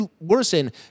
worsen